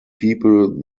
people